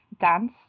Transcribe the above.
dance